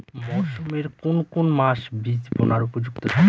মরসুমের কোন কোন মাস বীজ বোনার উপযুক্ত সময়?